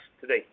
today